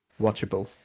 watchable